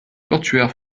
portuaire